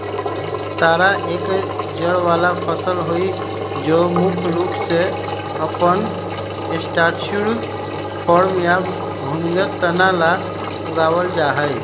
तारा एक जड़ वाला फसल हई जो मुख्य रूप से अपन स्टार्चयुक्त कॉर्म या भूमिगत तना ला उगावल जाहई